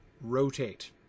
Rotate